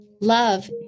Love